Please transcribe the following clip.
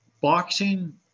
boxing